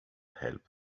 help